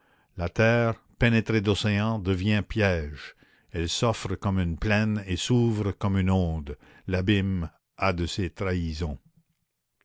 la terre pénétrée d'océan devient piège elle s'offre comme une plaine et s'ouvre comme une onde l'abîme a de ces trahisons